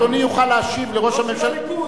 של הליכוד,